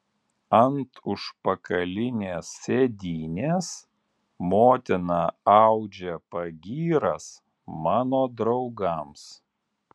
ant užpakalinės sėdynės motina audžia pagyras mano draugams